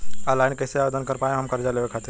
Online कइसे आवेदन कर पाएम हम कर्जा लेवे खातिर?